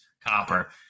copper